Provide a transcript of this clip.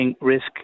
risk